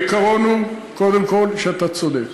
העיקרון הוא, קודם כול, שאתה צודק.